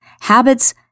Habits